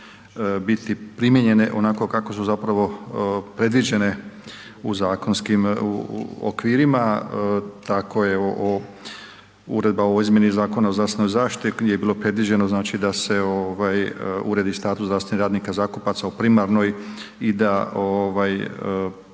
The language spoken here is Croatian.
biti primijenjene onako kako su zapravo predviđene u zakonskim okvirima. Tako je Uredba o izmjeni Zakona o zdravstvenoj zaštiti gdje je bilo predviđeno znači da se ovaj uredi status zdravstvenih radnika zakupaca u primarnoj i da